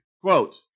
Quote